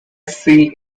see